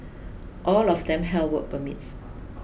all of them held work permits